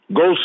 go